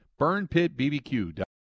Burnpitbbq